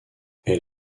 elle